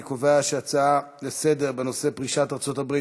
אני קובע שההצעה לסדר-היום בנושא: פרישת ארצות הברית